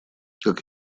как